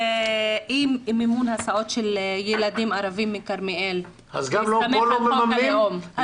כי 80 מיליון השקלים האלה הם